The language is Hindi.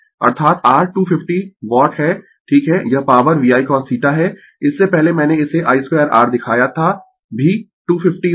अर्थात R 250 वाट है ठीक है यह पॉवर VI cosθ है इससे पहले मैंने इसे I 2 R दिखाया था भी 250 वाट